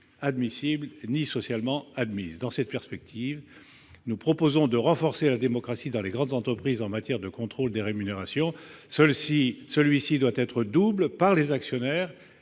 admissible ni socialement admise. Dans cette perspective, nous proposons de renforcer la démocratie dans les grandes entreprises en matière de contrôle des rémunérations. Celui-ci doit être double : par les actionnaires